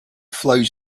flows